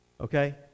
Okay